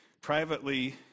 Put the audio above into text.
privately